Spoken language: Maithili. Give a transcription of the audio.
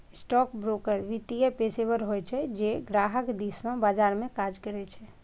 स्टॉकब्रोकर वित्तीय पेशेवर होइ छै, जे ग्राहक दिस सं बाजार मे काज करै छै